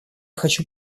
хочу